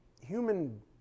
human